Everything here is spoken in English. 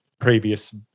previous